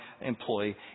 employee